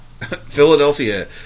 Philadelphia